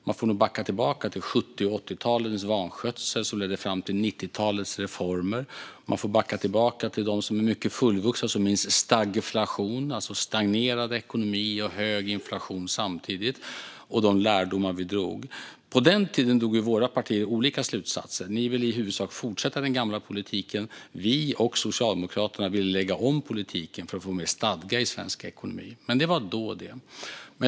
Man får nog backa tillbaka till 70 och 80-talens vanskötsel som ledde fram till 90-talets reformer - de mycket fullvuxna minns den tidens stagflation, alltså stagnerad ekonomi och hög inflation samtidigt - och de lärdomar vi då drog. På den tiden drog våra partier olika slutsatser. Ni ville i huvudsak fortsätta den gamla politiken; vi och Socialdemokraterna ville lägga om politiken för att få mer stadga i svensk ekonomi. Men det var då, det.